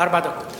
ארבע דקות.